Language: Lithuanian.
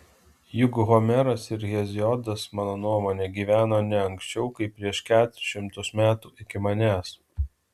juk homeras ir heziodas mano nuomone gyveno ne anksčiau kaip prieš keturis šimtus metų iki manęs